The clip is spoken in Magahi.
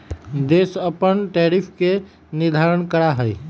देश अपन टैरिफ के निर्धारण करा हई